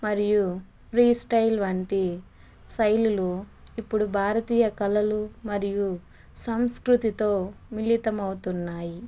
మరియు ఫ్రీస్టైల్ వంటి శైలులు ఇప్పుడు భారతీయ కళలు మరియు సంస్కృతితో మిళితమౌతున్నాయి